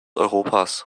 europas